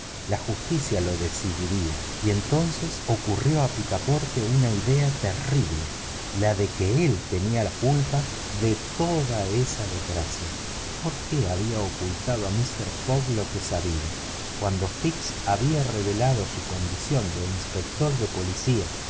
la justicia lo decidiría y entonces ocurrió a picaporte una idea terrible la de que él tenía la culpa ocultando a mister fogg lo que sabía cuando fix había revelado su condición de inspector de policía